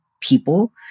people